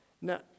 Now